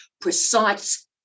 precise